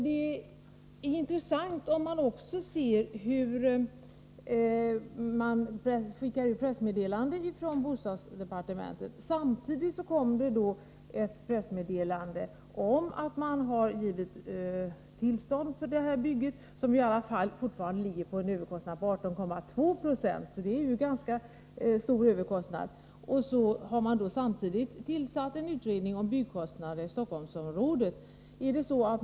Det är intressant att bostadsdepartementet har skickat pressmeddelande om en utredning beträffande byggkostnader i Stockholmsområdet samtidigt som det kom ett annat pressmeddelande om att man gett tillstånd för detta bygge, som i alla fall ligger på en överkostnad av 18,2 96, alltså en ganska stor överkostnad.